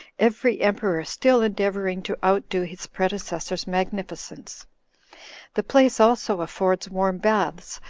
every emperor still endeavoring to outdo his predecessor's magnificence the place also affords warm baths,